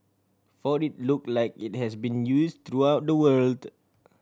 for it look like it has been use throughout the world